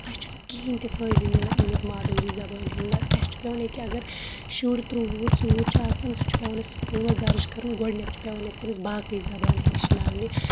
اَسہِ چھنہٕ کہیٖن تہِ فأیِدٕ ملان أمیُک مادوٗری زبانہِ ہُنٛد نتہٕ اَسہِ پٮ۪وان ییٚکے اگر شُر ترُ وُہر ژُ وُہُر چھ آسن سُہ چھُ پٮ۪وان اسہِ سکوٗل منٛز درج کرُن گۄڈنٮ۪تھ چھُ پٮ۪وان اَسہِ تٔمِس باقےٕ زبانہٕ ہیٚچھناونہِ